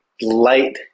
light